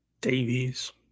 Davies